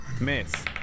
miss